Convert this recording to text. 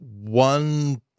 one